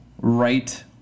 right